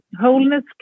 wholeness